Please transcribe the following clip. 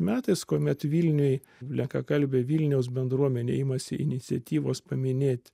metais kuomet vilniuj lenkakalbė vilniaus bendruomenė imasi iniciatyvos paminėt